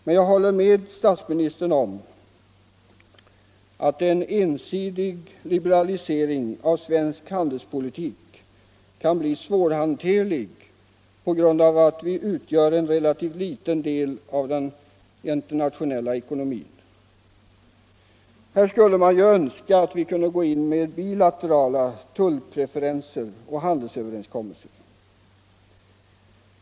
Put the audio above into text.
Men jag håller med statsministern om att en ensidig liberalisering av svensk handelspolitik kan bli svårhanterlig på grund av att vi utgör en relativt liten del av den internationella ekonomin. Här skulle man ju önska att vi kunde gå in med bilaterala tullpreferenser och handelsöverenskommelser.